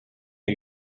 der